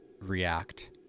react